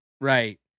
Right